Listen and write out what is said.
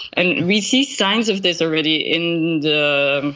and we see signs of this already in the